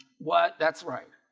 what that's right